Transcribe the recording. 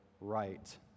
right